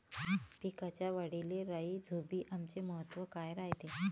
पिकाच्या वाढीले राईझोबीआमचे महत्व काय रायते?